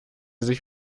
sich